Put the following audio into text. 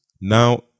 Now